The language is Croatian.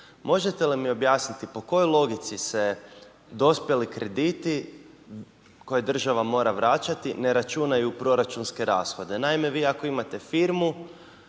Možete li mi objasniti po kojoj logici se dospjeli krediti koje država mora vraćati, ne računaju u proračunske rashode? Naime vi ako imate firmu